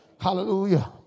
Hallelujah